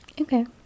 okay